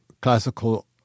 classical